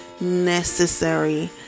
necessary